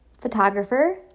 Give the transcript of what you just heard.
photographer